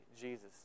Jesus